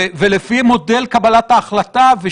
הכוונה להחלטה של הכנסת כמו